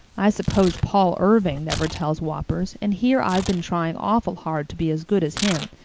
i s'pose paul irving never tells whoppers and here i've been trying awful hard to be as good as him,